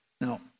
Now